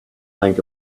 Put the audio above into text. plank